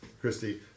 Christy